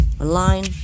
online